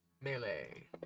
Melee